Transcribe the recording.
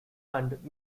and